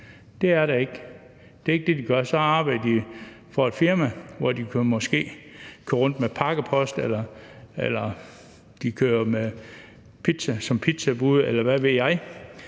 det er det ikke. Det er ikke det, de gør. Så arbejder de for et firma, hvor de måske kører rundt med pakkepost eller kører som pizzabude, eller hvad ved jeg.